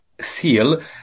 seal